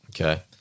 Okay